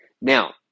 Now